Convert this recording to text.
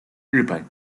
日本